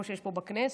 כמו שיש פה בכנסת,